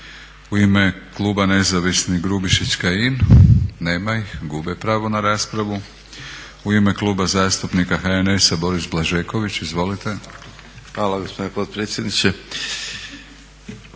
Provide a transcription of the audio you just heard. U ime kluba nezavisnih Grubišić-Kajin. Nema ih, gube pravo na raspravu. U ime Kluba zastupnika HNS-a Boris Blažeković. Izvolite. **Blažeković, Boris